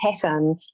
pattern